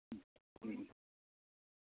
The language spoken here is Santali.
ᱦᱮᱸ